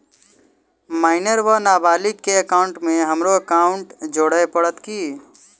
Minor वा नबालिग केँ एकाउंटमे हमरो एकाउन्ट जोड़य पड़त की?